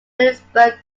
williamsburg